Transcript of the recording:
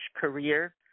career